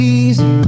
easy